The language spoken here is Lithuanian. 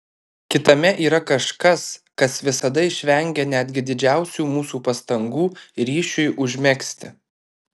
kitame yra kažkas kas visada išvengia netgi didžiausių mūsų pastangų ryšiui užmegzti